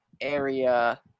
area